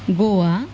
Goa